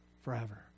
Forever